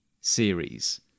series